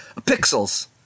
pixels